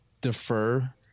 defer